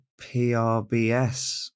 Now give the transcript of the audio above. PRBS